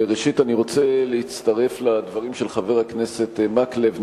ראשית אני רוצה להצטרף לדברים של חבר הכנסת מקלב.